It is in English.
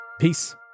Peace